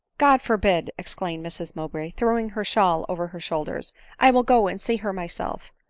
god forbid! exclaimed mrs mowbray, throwing her shawl over her shoulders i will go and see her myself.